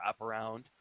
wraparound